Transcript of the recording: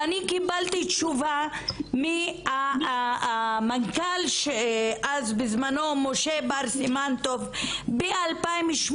ואני קיבלתי תשובה מהמנכ"ל דאז משה בר סימנטוב ב-2018,